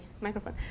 microphone